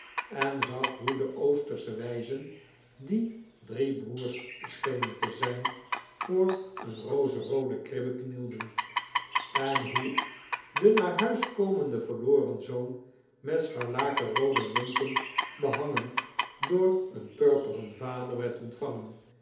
en zag hoe de oostersche wijzen die drie broers schenen te zijn voor een rozeroode kribbe knieldeh en hoe de naar huis komende verloreri zoon met scharlakenroode lompen behangen door een purperen vader werd ontvangen